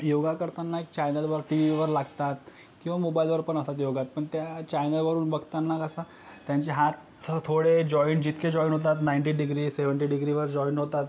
योगा करतांना एक चॅनलवर टी व्हीवर लागतात किंवा मोबाईलवर पण असतात योगा पण त्या चॅनलवरून बघतांना कसं त्यांचे हात थोडे जॉईंट जितके जॉईन होतात नाइन्टी डिग्री सेव्हन्टी डिग्रीवर जॉईन होतात